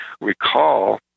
recall